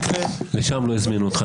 לשם לא הזמינו אותך.